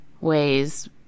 ways